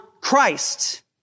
Christ